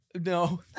No